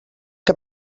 que